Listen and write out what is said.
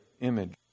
image